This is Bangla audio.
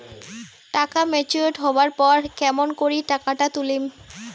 টাকা ম্যাচিওরড হবার পর কেমন করি টাকাটা তুলিম?